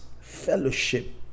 fellowship